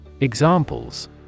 Examples